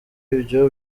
ibyo